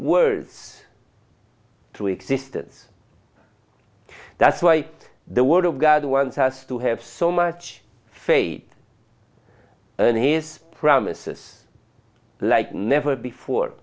words to existence that's why the word of god wants us to have so much fate and his promises like never before